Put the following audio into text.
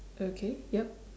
okay yup